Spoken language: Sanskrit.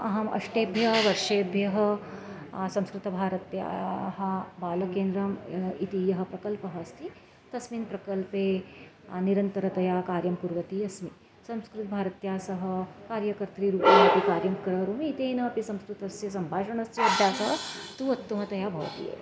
अहम् अष्टेभ्यः वर्षेभ्यः संस्कृतभारत्याः बालकेन्द्रम् इति यः प्रकल्पः अस्ति तस्मिन् प्रकल्पे निरन्तरतया कार्यं कुर्वती अस्मि संस्कृतभारत्याः सह कार्यकर्त्री रूपेण अपि कार्यं करोमि तेनापि संस्कृतस्य सम्भाषणस्य अभ्यासं तु उत्तमतया भवति एव